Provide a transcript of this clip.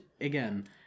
again